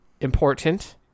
important